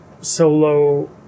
Solo